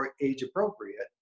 age-appropriate